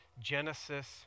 Genesis